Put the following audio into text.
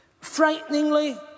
frighteningly